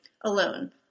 alone